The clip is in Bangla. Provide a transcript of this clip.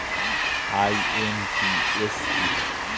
আই.এম.পি.এস কি?